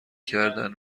کردن